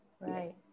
Right